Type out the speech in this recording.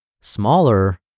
smaller